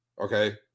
Okay